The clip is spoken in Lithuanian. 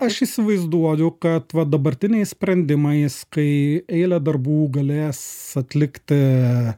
aš įsivaizduoju kad va dabartiniais sprendimais kai eilę darbų galės atlikti